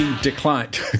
declined